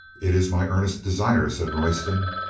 it is my earnest desire, said royston.